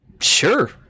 sure